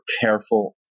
careful